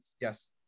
Yes